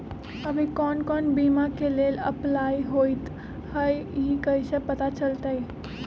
अभी कौन कौन बीमा के लेल अपलाइ होईत हई ई कईसे पता चलतई?